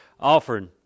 offering